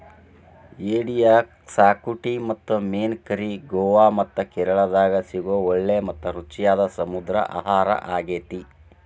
ಏಡಿಯ ಕ್ಸಾಕುಟಿ ಮತ್ತು main curry Goa ಮತ್ತ ಕೇರಳಾದಾಗ ಸಿಗೋ ಒಳ್ಳೆ ಮತ್ತ ರುಚಿಯಾದ ಸಮುದ್ರ ಆಹಾರಾಗೇತಿ